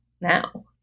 now